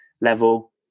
level